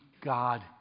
God